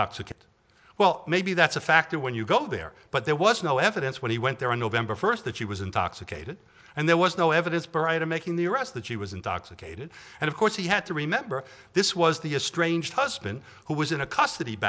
intoxicated well maybe that's a factor when you go there but there was no evidence when he went there on november first that she was intoxicated and there was no evidence prior to making the arrest that she was intoxicated and of course he had to remember this was the a strange husband who was in a custody